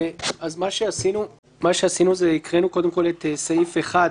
מה שעשינו, הקראנו קודם כל את סעיף 1,